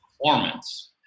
performance